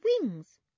wings